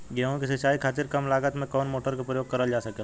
गेहूँ के सिचाई खातीर कम लागत मे कवन मोटर के प्रयोग करल जा सकेला?